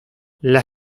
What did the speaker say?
las